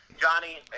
Johnny